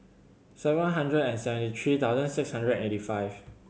seven hundred and seventy three thousand six hundred eight five